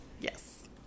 yes